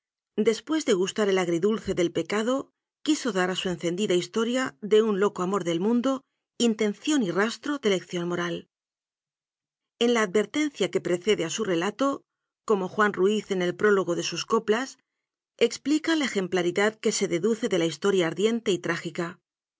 después de gastar el agridulce del pecado quiso dar a su encendidx historia de un loco amor del mundo intención y rastro de lección moral en la advertencia que precede a su relato como juan ruiz en el prólogo de sus coplas explica la ejemplaridad que se deduce de la historia ardiente y trágica